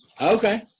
okay